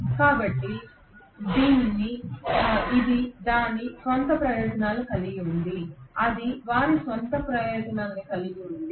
కాబట్టి ఇది దాని స్వంత ప్రయోజనాలను కలిగి ఉంది అది వారి స్వంత ప్రయోజనాలను కలిగి ఉంది